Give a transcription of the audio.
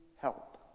help